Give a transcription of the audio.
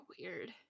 weird